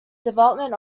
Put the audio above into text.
development